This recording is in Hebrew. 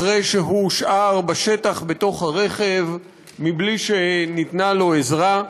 אחרי שהוא הושאר בשטח בתוך הרכב בלי שניתנה לו עזרה.